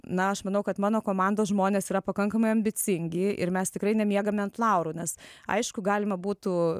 na aš manau kad mano komandos žmonės yra pakankamai ambicingi ir mes tikrai nemiegame ant laurų nes aišku galima būtų